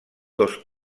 dos